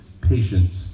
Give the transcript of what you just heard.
patience